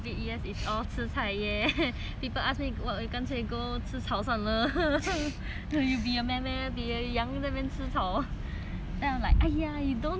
people ask me 干脆 go 吃草算了 be a be a 羊在那边吃草 then I'm like !aiya! you don't know the tasty of 菜